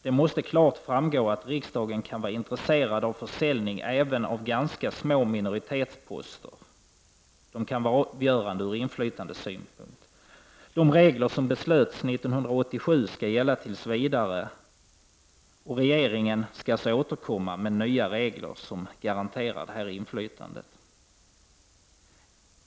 Det måste klart framgå att riksdagen kan vara intresserad av försäljning av även ganska små minoritetsposter. Dessa kan vara avgörande ur inflytandesynpunkt. De regler som beslöts 1987 skall gälla tills vidare. Regeringen skall därefter återkomma med nya regler som garanterar detta inflytande.